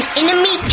enemy